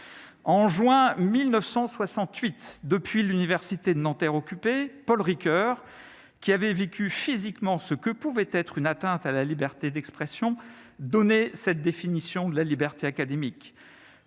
en juin 1968 depuis l'université de Nanterre occupée, Paul Ricoeur, qui avait vécu physiquement ce que pouvait être une atteinte à la liberté d'expression donner cette définition de la liberté académique,